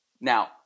Now